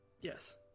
Yes